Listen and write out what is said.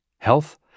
Health